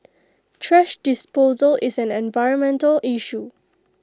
trash disposal is an environmental issue